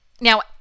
Now